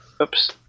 Oops